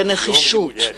בנחישות,